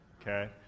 okay